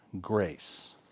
grace